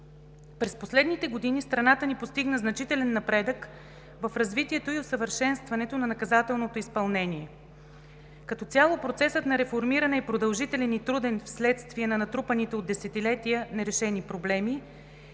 През последните години страната ни постигна значителен напредък в развитието и усъвършенстването на наказателното изпълнение. Като цяло процесът на реформиране е продължителен и труден, вследствие на натрупаните от десетилетия нерешени проблеми